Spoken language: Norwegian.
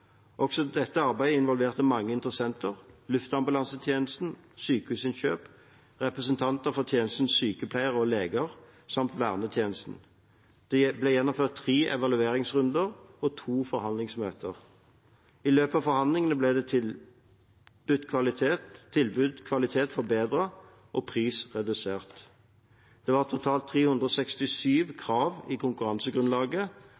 Også dette arbeidet involverte mange interessenter: Luftambulansetjenesten og Sykehusinnkjøp, representanter for tjenestens sykepleiere og leger samt vernetjenesten. Det ble gjennomført tre evalueringsrunder og to forhandlingsmøter. I løpet av forhandlingene ble tilbudt kvalitet forbedret, og prisen ble redusert. Det var totalt 367